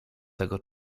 tego